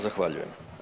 Zahvaljujem.